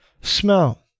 smell